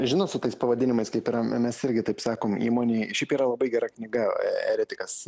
žinot su tais pavadinimais kaip yra mes irgi taip sakom įmonėj šiaip yra labai gera knyga eretikas